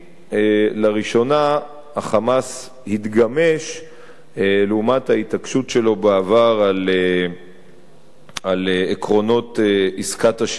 לראשונה ה"חמאס" התגמש לעומת ההתעקשות שלו בעבר על עקרונות עסקת השחרור.